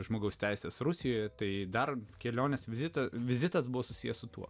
žmogaus teises rusijoje tai dar kelionės vizito vizitas buvo susijęs su tuo